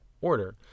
order